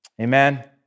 Amen